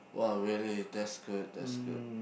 !wah! really that's good that's good